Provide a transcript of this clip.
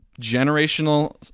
generational